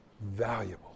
valuable